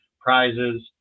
prizes